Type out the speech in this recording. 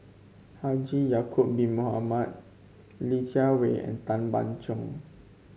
Haji Ya'acob Bin Mohamed Li Jiawei and Tan Ban Soon